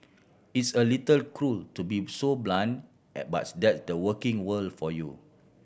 it's a little cruel to be so blunt bus that's the working world for you